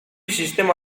sistema